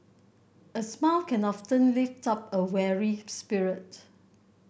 a smile can often lift up a weary spirit